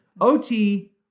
OT